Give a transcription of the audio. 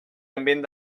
ambient